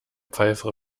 pfeife